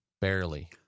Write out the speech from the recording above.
Barely